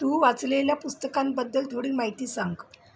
तू वाचलेल्या पुस्तकांबद्दल थोडी माहिती सांग